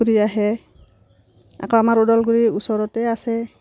ফুৰি আহে আকৌ আমাৰ ওদালগুৰিৰ ওচৰতে আছে